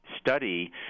study